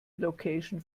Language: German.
location